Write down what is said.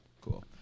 Cool